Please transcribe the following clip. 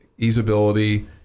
easeability